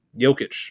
Jokic